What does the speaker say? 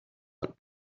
what